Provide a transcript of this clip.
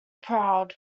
proud